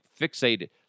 fixated